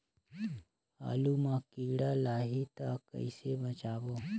आलू मां कीड़ा लाही ता कइसे बचाबो?